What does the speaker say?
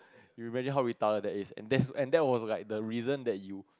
you imagine how retarded that is and there's and that was like the reason that you